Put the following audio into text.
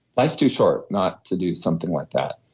life's too short not to do something like that.